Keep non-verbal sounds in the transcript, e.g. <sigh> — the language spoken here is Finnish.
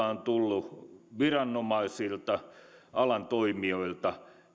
<unintelligible> on tullut viranomaisilta alan toimijoilta